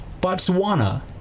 Botswana